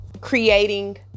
creating